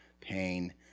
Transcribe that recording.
pain